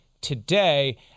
today